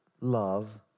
Love